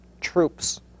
troops